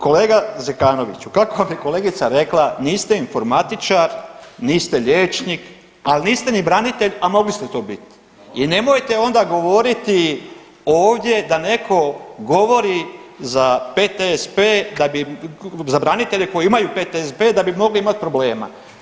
Kolega Zekanoviću, kako vam je kolegica rekla, niste informatičar, niste liječnik, ali niste ni branitelj, a mogli ste to biti i nemojte onda govoriti ovdje da netko govori za PTSP da bi, za branitelje koji imaju PTSP da bi mogli imati problema.